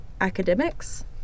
academics